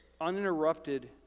uninterrupted